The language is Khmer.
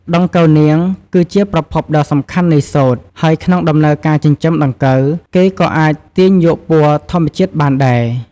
ដង្កូវនាង គឺជាប្រភពដ៏សំខាន់នៃសូត្រ ហើយក្នុងដំណើរការចិញ្ចឹមដង្កូវ គេក៏អាចទាញយកពណ៌ធម្មជាតិបានដែរ។